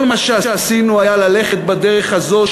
כל מה שעשינו היה ללכת בדרך הזו,